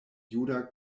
juda